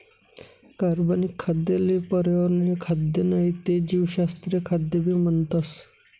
कार्बनिक खाद्य ले पर्यावरणीय खाद्य नाही ते जीवशास्त्रीय खाद्य भी म्हणतस